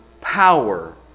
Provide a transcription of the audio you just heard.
power